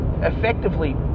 effectively